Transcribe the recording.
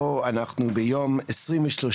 אנחנו בוועדה מיוחדת לענייני סמים ואתגרים